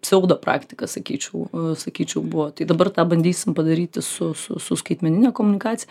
pseudo praktika sakyčiau sakyčiau buvo tai dabar tą bandysim padaryti su su su skaitmenine komunikacija